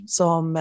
som